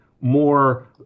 more